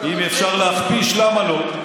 אם אפשר להכפיש, למה לא?